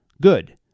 Good